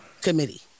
committee